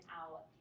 out